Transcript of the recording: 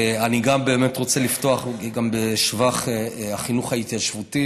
אני באמת רוצה לפתוח בשבח החינוך ההתיישבותי,